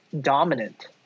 dominant